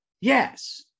yes